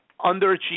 underachieved